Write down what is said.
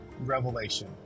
Revelation